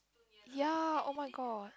ya oh-my-god